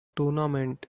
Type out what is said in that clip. tournament